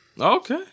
Okay